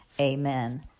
Amen